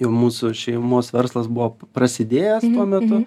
jau mūsų šeimos verslas buvo prasidėjęs tuo metu